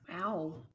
Wow